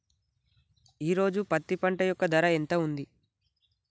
ఈ రోజు పత్తి పంట యొక్క ధర ఎంత ఉంది?